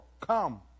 come